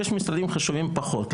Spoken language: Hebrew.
ויש משרדים חשובים פחות.